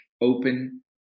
open